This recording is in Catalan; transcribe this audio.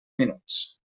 minuts